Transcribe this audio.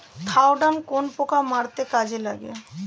Thiodan কোন পোকা মারতে কাজে লাগে?